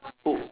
who